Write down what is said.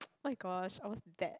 oh-my-gosh I was that